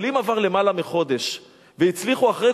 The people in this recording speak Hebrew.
אבל אם עבר למעלה מחודש והצליחו אחרי